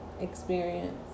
experience